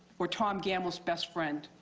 or tom gammel's best friend.